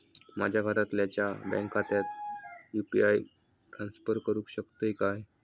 माझ्या घरातल्याच्या बँक खात्यात यू.पी.आय ट्रान्स्फर करुक शकतय काय?